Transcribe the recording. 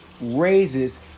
raises